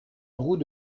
route